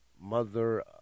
mother